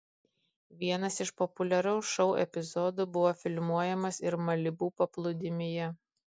vienas iš populiaraus šou epizodų buvo filmuojamas ir malibu paplūdimyje